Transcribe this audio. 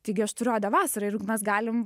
taigi aš turiu odė vasarai ir mes galim